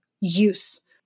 use